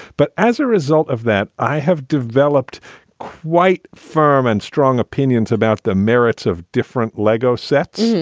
but as a result of that, i have developed quite firm and strong opinions about the merits of different lego sets.